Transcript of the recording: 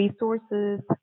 resources